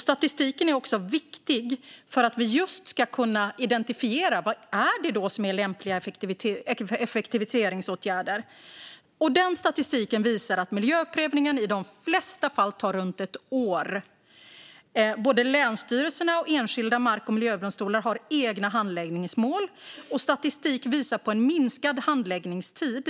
Statistiken är också viktig för att vi just ska kunna identifiera lämpliga effektiviseringsåtgärder. Denna statistik visar att miljöprövningen i de flesta fall tar runt ett år. Både länsstyrelserna och enskilda mark och miljödomstolar har egna handläggningsmål, och statistiken visar på en minskad handläggningstid.